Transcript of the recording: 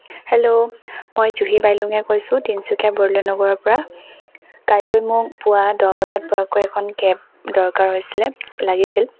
hello মই জুহি বাইলুঙে কৈছোঁ তিনিচুকীয়াৰ বৰদলৈ নগৰৰ পৰা কাইলৈ মোক পুৱা দহ বজাত পোৱাকৈ এখন কেব দৰকাৰ হৈছিলে লাগিছিল